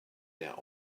their